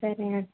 సరే అన్